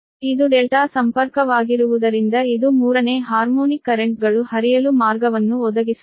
ಇದು ಡೆಲ್ಟಾ ಸಂಪರ್ಕವಾಗಿರುವುದರಿಂದ ಇದು ಮೂರನೇ ಹಾರ್ಮೋನಿಕ್ ಕರೆಂಟ್ಗಳು ಹರಿಯಲು ಮಾರ್ಗವನ್ನು ಒದಗಿಸುತ್ತದೆ